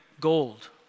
gold